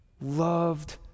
loved